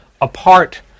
apart